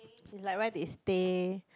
it's like where they stay